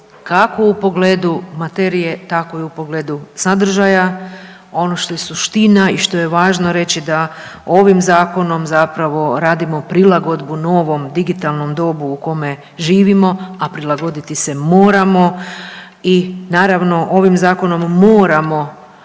kako u pogledu materije tako i u pogledu sadržaja. Ono što je suština i što je važno reći da ovim zakonom zapravo radimo prilagodbu novom digitalnom dobu u kome živimo, a prilagoditi se moramo. I naravno ovim zakonom moramo